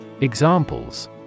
Examples